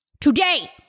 Today